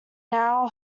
now